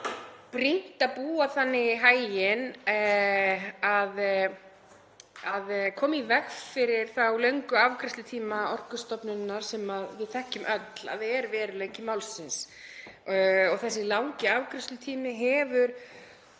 brýnt að búa þannig í haginn að koma í veg fyrir þá löngu afgreiðslutíma Orkustofnunar sem við þekkjum öll að er veruleiki málsins. Þessi langi afgreiðslutími hefur